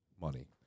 money